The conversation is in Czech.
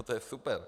To je super.